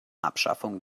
abschaffung